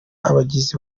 abagizi